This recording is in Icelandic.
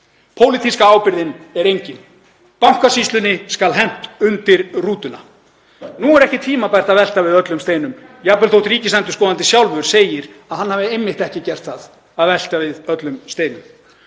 Pólitíska ábyrgðin er engin. Bankasýslunni skal hent undir rútuna. Nú er ekki tímabært að velta við öllum steinum, jafnvel þótt ríkisendurskoðandi sjálfur segi að hann hafi einmitt ekki gert það, velt við öllum steinum.